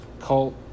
Cult